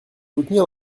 soutenir